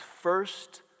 first